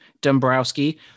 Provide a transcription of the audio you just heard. Dombrowski